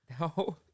No